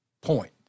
point